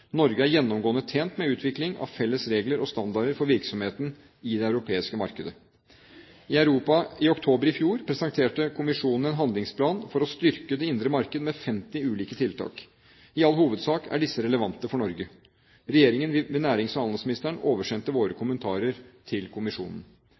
Norge er gjennomgående tjent med utvikling av felles regler og standarder for virksomheten i det europeiske markedet. I oktober i fjor presenterte kommisjonen en handlingsplan for å styrke det indre marked med 50 ulike tiltak. I all hovedsak er disse relevante for Norge. Regjeringen ved nærings- og handelsministeren oversendte våre